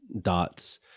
dots